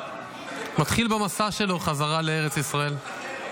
מתחיל במסע שלו חזרה לארץ ישראל --- לא.